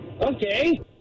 Okay